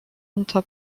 unter